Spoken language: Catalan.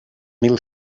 mil